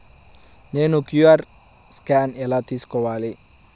నేను QR scan ఎలా తీసుకోవాలి?